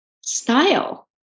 style